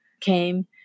came